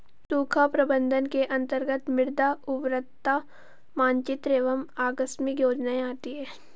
सूखा प्रबंधन के अंतर्गत मृदा उर्वरता मानचित्र एवं आकस्मिक योजनाएं आती है